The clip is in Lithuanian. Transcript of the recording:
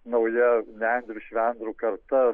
nauja nendrių švendrų karta